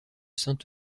saint